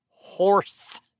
Horse